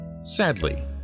Sadly